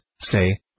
say